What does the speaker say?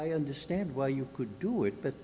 i understand why you could do it but